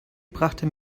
brachte